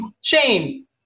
Shane